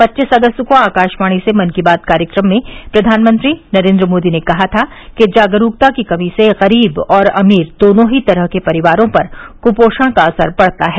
पच्चीस अगस्त को आकाशवाणी से मन की बात कार्यक्रम में प्रधानमंत्री नरेंद्र मोदी ने कहा था कि जागरूकता की कमी से गरीब और अमीर दोनों ही तरह के परिवारों पर क्पोषण का असर पड़ता है